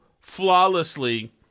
flawlessly